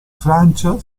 francia